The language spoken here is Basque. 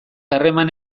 harreman